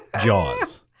Jaws